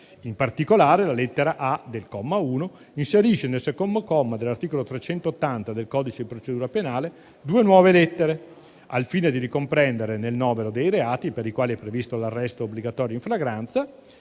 In particolare, la lettera *a)* del comma 1 inserisce nel secondo comma dell'articolo 380 del codice di procedura penale due nuove lettere, al fine di ricomprendere nel novero dei reati per i quali è previsto l'arresto obbligatorio in flagranza